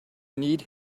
need